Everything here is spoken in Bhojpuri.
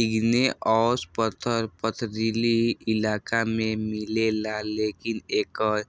इग्नेऔस पत्थर पथरीली इलाका में मिलेला लेकिन एकर